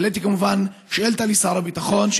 העליתי כמובן שאילתה לשר הביטחון,